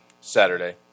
Saturday